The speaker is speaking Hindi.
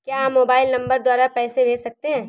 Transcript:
क्या हम मोबाइल नंबर द्वारा पैसे भेज सकते हैं?